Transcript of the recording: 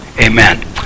Amen